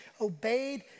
obeyed